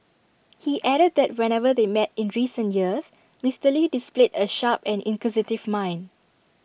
he added that whenever they met in recent years Mister lee displayed A sharp and inquisitive mind